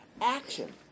action